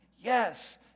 Yes